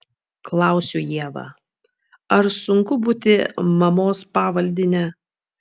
klausiu ievą ar sunku būti mamos pavaldine